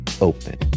open